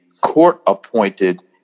court-appointed